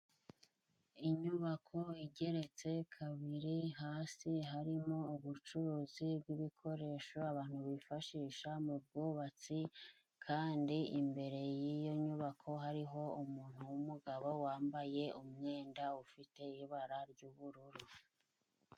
Inyubako igeretse kabiri hasi harimo ubucuruzi bw'ibikoresho abantu bifashisha mu bwubatsi, kandi imbere y'iyo nyubako hariho umuntu w'umugabo wambaye umwenda ufite ibara ry'ubururu.